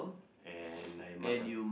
and nine mark ah